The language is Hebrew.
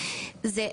זה,